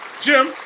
Jim